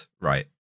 right